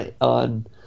on